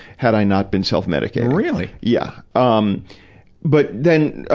had i not been self-medicating. really! yeah. um but then, ah,